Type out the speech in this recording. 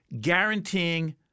guaranteeing